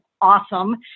awesome